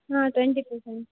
हँ twenty percent